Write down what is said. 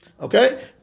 Okay